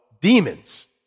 demons